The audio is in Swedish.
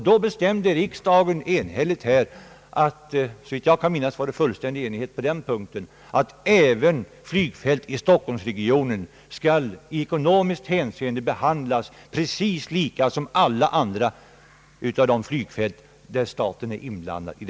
Då beslöt riks dagen enhälligt — såvitt jag kan minnas rådde det fullständig enighet på den punkten — att även flygfält i stockholmsregionen skall i ekonomiskt hänseende behandlas precis lika som alla andra flygfält i riket där staten är inblandad.